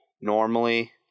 normally